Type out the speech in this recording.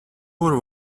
poor